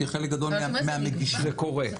זה קורה.